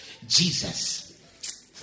Jesus